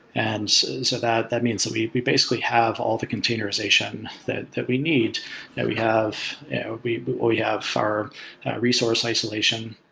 and so that that means we we basically have all the containerization that that we need that we have we we have far resource isolation.